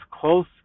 close